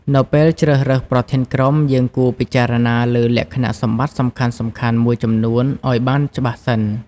នៅពេលជ្រើសរើសប្រធានក្រុម យើងគួរពិចារណាលើលក្ខណៈសម្បត្តិសំខាន់ៗមួយចំនួនឲ្យបានច្បាស់សិន។